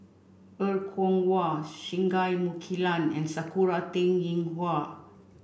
Er Kwong Wah Singai Mukilan and Sakura Teng Ying Hua